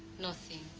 nothing.